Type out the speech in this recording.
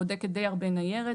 בודקת די הרבה ניירת.